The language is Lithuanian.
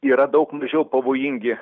yra daug mažiau pavojingi